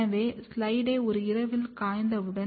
எனவே ஸ்லைடு ஒரு இரவில் காய்ந்துவிடும்